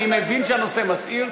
אני מבין שהנושא מסעיר.